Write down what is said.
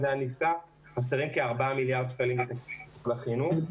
חסרים כארבעה מיליארד שקלים לתקציב החינוך.